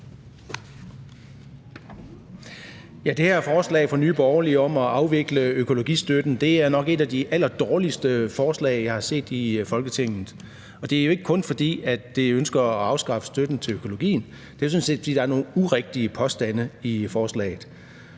Det her forslag fra Nye Borgerlige om at afvikle økologistøtten er nok et af de allerdårligste forslag, jeg har set i Folketinget. Det er jo ikke kun, fordi man ønsker at afskaffe støtten til økologien. Det er sådan set, fordi der er nogle urigtige påstande i forslaget.